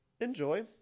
enjoy